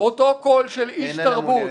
איננה מעוניינת.